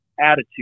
attitude